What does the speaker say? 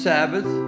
Sabbath